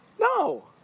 No